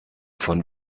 von